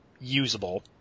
usable